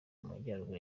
majyaruguru